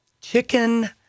chicken